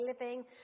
living